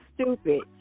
stupid